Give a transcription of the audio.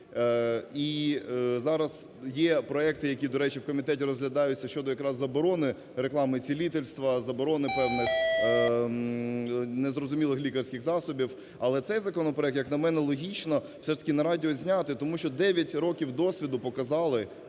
І зараз є проекти, які, до речі, в комітеті розглядаються щодо якраз заборони реклами цілительства, заборони певних незрозумілих лікарських засобів, але цей законопроект, як на мене, логічно все ж таки на радіо зняти, тому що 9 років досвіду показали…